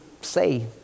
say